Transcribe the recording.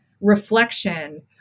reflection